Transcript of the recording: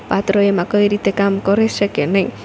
પાત્ર એમાં કઈ રીતે કામ કરી શકે નઈ